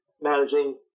Managing